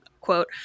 quote